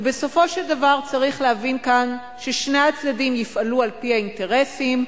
ובסופו של דבר צריך להבין כאן ששני הצדדים יפעלו על-פי האינטרסים.